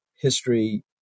history